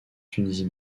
tunisie